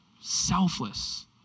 Selfless